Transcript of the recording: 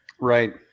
Right